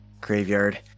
graveyard